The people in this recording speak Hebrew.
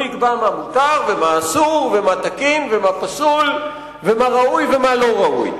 הוא יקבע מה מותר ומה אסור ומה תקין ומה פסול ומה ראוי ומה לא ראוי,